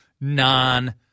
non